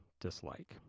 dislike